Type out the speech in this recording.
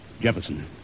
Jefferson